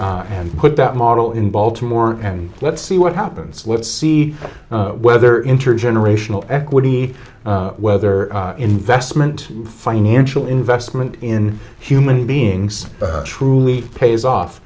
d and put that model in baltimore and let's see what happens let's see whether intergenerational equity whether investment financial investment in human beings truly pays off